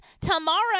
tomorrow